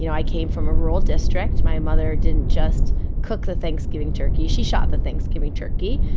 you know i came from a rural district. my mother didn't just cook the thanksgiving turkey she shot the thanksgiving turkey.